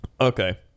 Okay